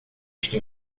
este